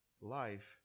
life